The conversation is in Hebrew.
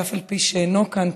אף על פי שאינו כאן,